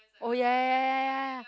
oh ya ya ya ya ya